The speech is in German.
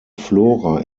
flora